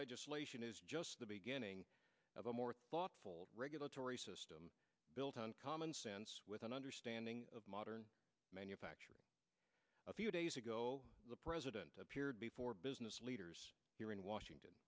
legislation is just the beginning of a more thoughtful regulatory system built on common sense with an understanding of modern manufacturing a few days ago the president appeared before business leaders here in washington